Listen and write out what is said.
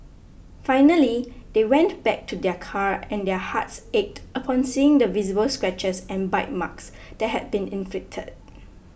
finally they went back to their car and their hearts ached upon seeing the visible scratches and bite marks that had been inflicted